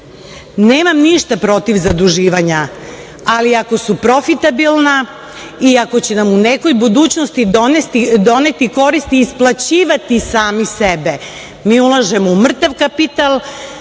ništa protiv zaduživanja, ali ako su profitabilna i ako će nam u nekoj budućnosti doneti koristi i isplaćivati sami sebe. Mi ulažemo u mrtav kapital,